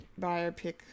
biopic